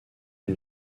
une